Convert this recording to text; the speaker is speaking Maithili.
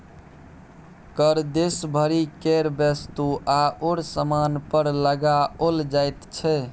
कर देश भरि केर वस्तु आओर सामान पर लगाओल जाइत छै